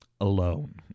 alone